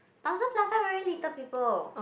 Thomson-Plaza very little people